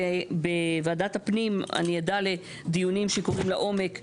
בוועדת הפנים אני עדה לדיונים שקורים לעומק,